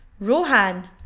Rohan